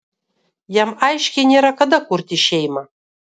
jam aiškiai nėra kada kurti šeimą